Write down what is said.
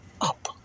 up